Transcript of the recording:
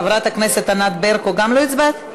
חברת הכנסת ענת ברקו, גם את לא הצבעת?